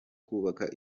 kubaka